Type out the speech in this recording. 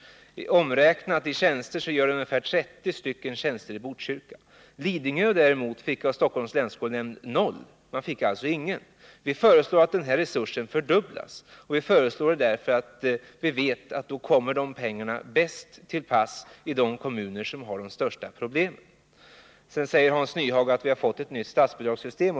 Omräknat i tjänster gör det ungefär 30 tjänster i Botkyrka. Lidingö däremot fick av Stockholms länsskolnämnd 0, alltså ingen tjänst. Vi föreslår att den här resursen fördubblas, och vi gör det därför att vi vet att pengarna kommer till de kommuner som har de största problemen. Sedan sade Hans Nyhage att vi har fått ett nytt statsbidragssystem.